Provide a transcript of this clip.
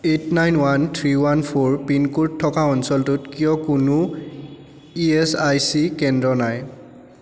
eight nine one three one four pin code থকা অঞ্চলটোত কিয় কোনো ই এচ আই চি কেন্দ্র নাই